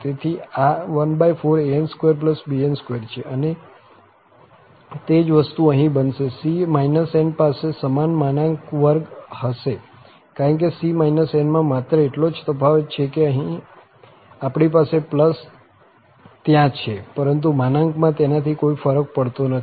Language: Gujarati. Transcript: તેથી આ 14an2bn2 છે અને તે જ વસ્તુ અહીં બનશે c n પાસે સમાન માનાંક વર્ગ હશે કારણ કે C n માં માત્ર એટલો જ તફાવત છે કે આપણી પાસે ત્યાં છે પરંતુ માનાંકમાં તેનાથી કોઈ ફરક પડતો નથી